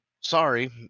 sorry